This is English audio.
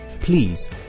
Please